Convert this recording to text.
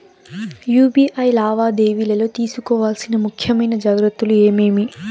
UPI లావాదేవీలలో తీసుకోవాల్సిన ముఖ్యమైన జాగ్రత్తలు ఏమేమీ?